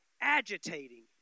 agitating